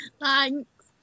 Thanks